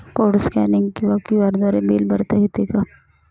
Code scanning किंवा QR द्वारे bill भरता येते का?